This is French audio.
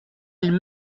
elle